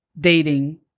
dating